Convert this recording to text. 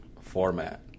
format